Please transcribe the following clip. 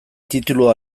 titulu